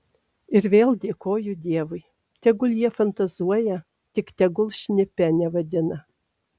ir vėl dėkoju dievui tegul jie fantazuoja tik tegul šnipe nevadina